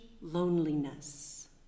loneliness